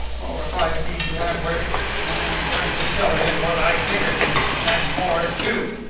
oh, if i meet lamp-wick i am going to tell him what i think of him and more, too!